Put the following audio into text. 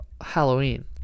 Halloween